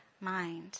mind